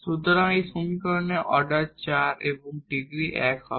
সুতরাং এই সমীকরণে অর্ডার 4 এবং ডিগ্রী 1 হবে